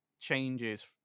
changes